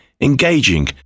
engaging